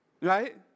Right